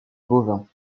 bovins